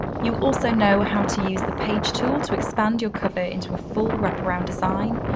you also know how to use the page tool to expand your cover into a full wraparound design,